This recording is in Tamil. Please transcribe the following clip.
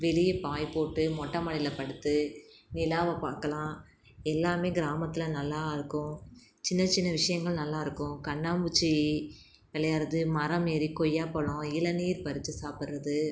வெளியே பாய் போட்டு மொட்டை மாடியில் படுத்து நிலாவை பார்க்கலாம் எல்லாம் கிராமத்தில் நல்லா இருக்கும் சின்ன சின்ன விஷயங்கள் நல்லா இருக்கும் கண்ணாம்மூச்சி விளையாடுறது மரம் ஏறி கொய்யாப்பழம் இளநீர் பறித்து சாப்புடுறது